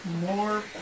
more